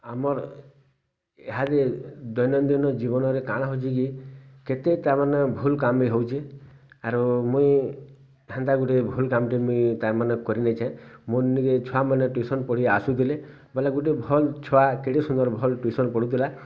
ଆମର୍ ଇହାଦେ ଦୈନନ୍ଦିନ ଜୀବନରେ କାଣା ହଉଛେ କି କେତେ ତାମାନେ ଭୁଲ୍ କାମ୍ ବି ହଉଛେ ଆରୁ ମୁଇଁ ହେନ୍ତା ଗୁଟେ ଭୁଲ୍ କାମ୍ ଟେ ମୁଇଁ ତାର୍ ମାନେ କରିନେଇଛେଁ ମୋର୍ ନିକେ ଛୁଆମାନେ ଟ୍ୟୁସନ୍ ପଢ଼ି ଆସୁଥିଲେ ବୋଲେ ଗୁଟେ ଭଲ୍ ଛୁଆ କେଡ଼େ ସୁନ୍ଦର ଭଲ୍ ଟ୍ୟୁସନ୍ ପଢ଼ୁଥିଲା